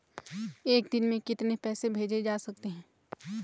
एक दिन में कितने पैसे भेजे जा सकते हैं?